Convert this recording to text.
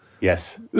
Yes